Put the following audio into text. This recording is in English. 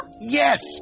Yes